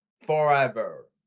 forever